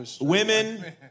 women